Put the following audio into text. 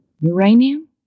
Uranium